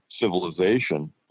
civilization